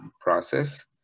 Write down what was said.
process